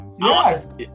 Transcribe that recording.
Yes